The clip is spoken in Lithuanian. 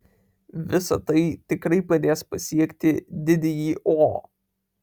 visa tai tikrai padės pasiekti didįjį o